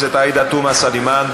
של חברת הכנסת עאידה תומא סלימאן.